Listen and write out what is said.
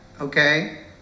okay